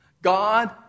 God